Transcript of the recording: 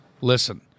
Listen